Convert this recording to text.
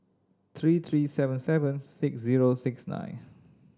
three three seven seven six zero six nine